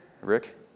Rick